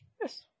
Yes